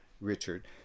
Richard